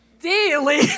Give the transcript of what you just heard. daily